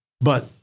But-